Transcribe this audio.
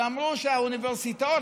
שאמרו שהאוניברסיטאות,